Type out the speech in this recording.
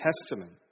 Testament